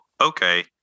okay